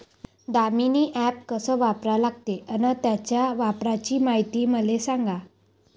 Damini app कस वापरा लागते? अन त्याच्या वापराची मायती मले सांगा